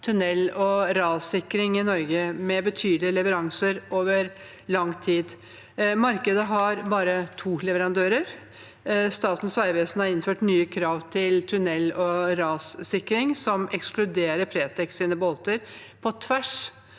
tunnel- og rassikring i Norge, med betydelige leveranser over lang tid. Markedet har bare to leverandører. Statens vegvesen har innført nye krav til tunnel- og rassikring, som ekskluderer Pretec sine bolter, på tvers